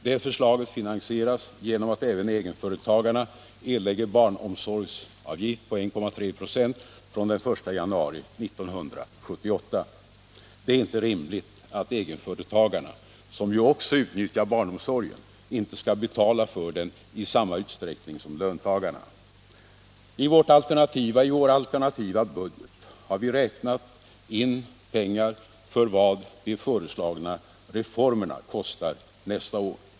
Det förslaget finansieras genom att även egenföretagarna erlägger barnomsorgsavgift på 1,3 26 från den 1 januari 1978. Det är inte rimligt att egenföretagarna, som ju också utnyttjar barnomsorgen, inte skall betala för den i samma utsträckning som löntagarna. I vår alternativa budget har vi räknat in pengar för vad de föreslagna reformerna kostar nästa år.